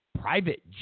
private